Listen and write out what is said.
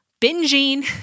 binging